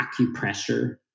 acupressure